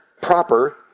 proper